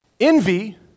Envy